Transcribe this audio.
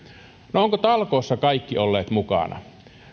no ovatko kaikki olleet talkoissa mukana